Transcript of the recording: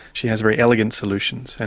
she has very elegant solutions, and